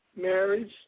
Marriage